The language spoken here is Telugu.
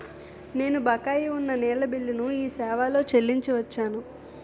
నేను బకాయి ఉన్న నీళ్ళ బిల్లును ఈ సేవాలో చెల్లించి వచ్చాను